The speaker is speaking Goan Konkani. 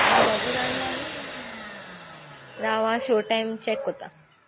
आम दोगो जाण या न्हू राव आं हांव शो टायम चॅक करता